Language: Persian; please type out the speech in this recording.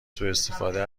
سوءاستفاده